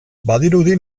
badirudi